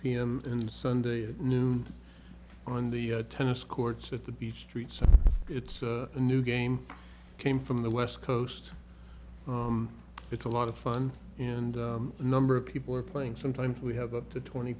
m and sunday at noon on the tennis courts at the beach treats it's a new game came from the west coast it's a lot of fun and a number of people are playing sometimes we have up to twenty